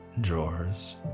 drawers